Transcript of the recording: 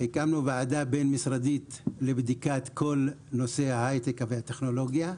הקמנו ועדה בין-משרדית לבדיקת כל נושאי ההייטק והטכנולוגיה.